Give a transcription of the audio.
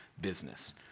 business